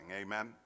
amen